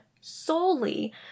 solely